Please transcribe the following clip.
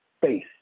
faith